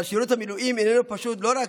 אבל שירות המילואים איננו פשוט לא רק